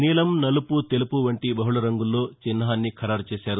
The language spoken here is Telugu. నీలం నలుపు తెలుపు వంటి బహుళ రంగుల్లో చిహ్నాన్ని ఖరారు చేశారు